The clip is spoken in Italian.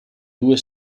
due